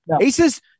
Aces